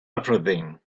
everything